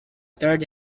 third